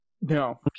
No